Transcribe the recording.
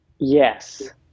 Yes